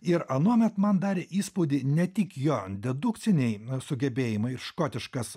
ir anuomet man darė įspūdį ne tik jo dedukciniai sugebėjimai ir škotiškas